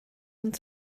und